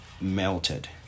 melted